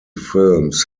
films